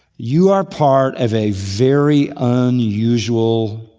you are part of a very unusual,